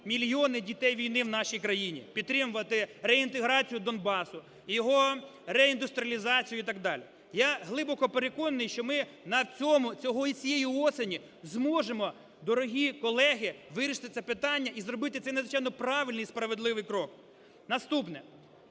мільйони дітей війни в нашій країні. Підтримувати реінтеграцію Донбасу, його реіндустріалізацію і так далі. Я глибоко переконаний, що ми на цьому… цієї осені зможемо, дорогі колеги, вирішити це питання і зробити цей надзвичайно правильний і справедливий крок. Наступне.